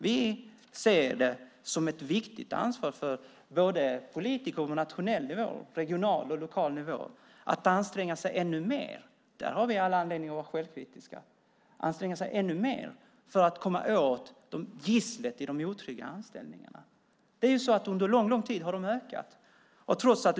Vi ser det som en viktig uppgift för politiker på såväl nationell som regional och lokal nivå att anstränga sig ännu mer - där har vi all anledning att vara självkritiska - för att komma åt gisslet med de otrygga anställningarna. De har under lång tid ökat.